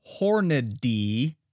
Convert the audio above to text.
Hornady